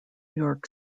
york